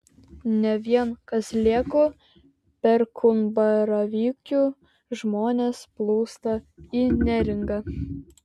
ne vien kazlėkų perkūnbaravykių žmonės plūsta į neringą